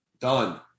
done